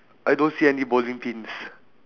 I don't see any bowling pins